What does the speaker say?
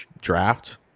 draft